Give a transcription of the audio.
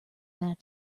that